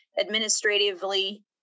administratively